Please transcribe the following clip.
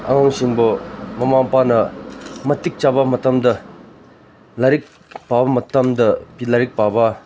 ꯑꯉꯥꯡꯁꯤꯡꯕꯨ ꯃꯃꯥ ꯃꯄꯥꯅ ꯃꯇꯤꯛ ꯆꯥꯕ ꯃꯇꯝꯗ ꯂꯥꯏꯔꯤꯛ ꯄꯥꯕ ꯃꯇꯝꯗ ꯂꯥꯏꯔꯤꯛ ꯄꯥꯕ